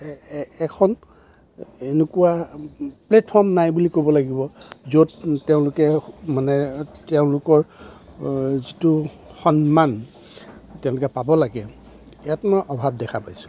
এখন এনেকুৱা প্লেটফৰ্ম নাই বুলি ক'ব লাগিব য'ত তেওঁলোকে মানে তেওঁলোকৰ যিটো সন্মান তেওঁলোকে পাব লাগে ইয়াত মই অভাৱ দেখা পাইছোঁ